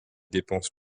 dépenses